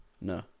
No